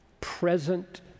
present